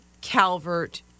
Calvert